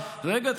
רגע,